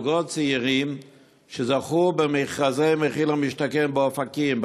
זוגות צעירים שזכו במכרזי מחיר למשתכן באופקים,